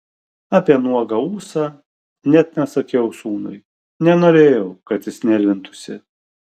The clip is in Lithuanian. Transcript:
apie nuogą ūsą net nesakiau sūnui nenorėjau kad jis nervintųsi